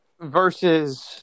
Versus